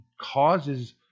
causes